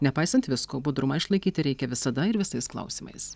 nepaisant visko budrumą išlaikyti reikia visada ir visais klausimais